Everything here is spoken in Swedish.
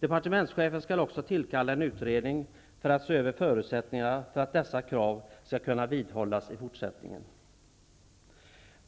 Departementschefen skall också tillkalla en utredning för att se över förutsättningarna för att dessa krav skall kunna vidmakthållas i fortsättningen.